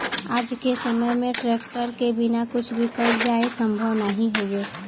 आज के समय में ट्रेक्टर के बिना कुछ भी कईल जाये संभव नाही हउवे